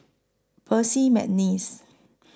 Percy Mcneice